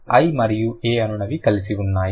కాబట్టి i మరియు a అనునవి కలిసి ఉన్నాయి